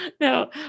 no